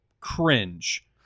cringe